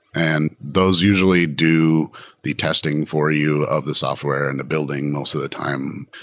and those usually do the testing for you of the software and the building most of the time.